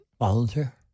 volunteer